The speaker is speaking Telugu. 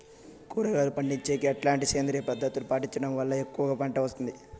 కూరగాయలు పండించేకి ఎట్లాంటి సేంద్రియ పద్ధతులు పాటించడం వల్ల ఎక్కువగా పంట వస్తుంది?